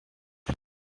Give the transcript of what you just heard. tax